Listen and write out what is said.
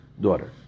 daughter